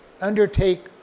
Undertake